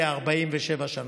כ-47 שנה.